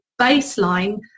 baseline